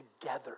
together